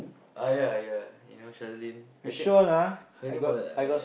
ah ya ya you know Shazlin I think her name was I